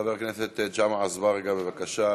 חבר הכנסת ג'מעה אזברגה, בבקשה.